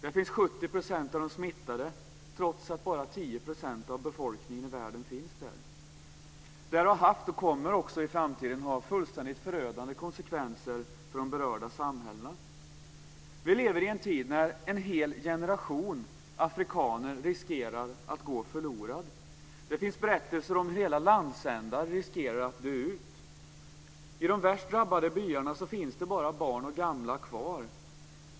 Där finns 70 % av de smittade trots att bara 10 % av befolkningen i världen finns där. Detta har haft, och kommer också i framtiden att ha, fullständigt förödande konsekvenser för de berörda samhällena. Vi lever i en tid när en hel generation afrikaner riskerar att gå förlorad. Det finns berättelser om hur hela landsändar riskerar att dö ut. I de värst drabbade byarna finns det bara barn och gamla kvar.